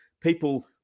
people